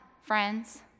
friends